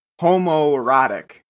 homoerotic